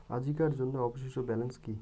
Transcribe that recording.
আজিকার জন্য অবশিষ্ট ব্যালেন্স কি?